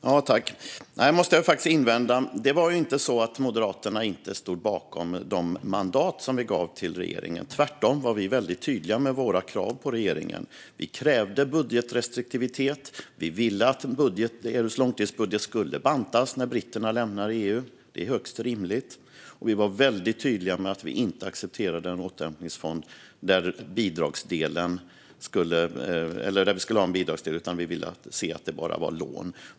Herr talman! Jag måste faktiskt invända. Det var inte så att vi moderater inte stod bakom de mandat som vi gav till regeringen. Tvärtom var vi väldigt tydliga med våra krav på regeringen. Vi krävde budgetrestriktivitet. Vi ville att EU:s långtidsbudget skulle bantas när britterna lämnade EU. Det är högst rimligt. Och vi var väldigt tydliga med att vi inte accepterade en återhämtningsfond med en bidragsdel. Vi ville se att det bara var lån.